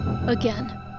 Again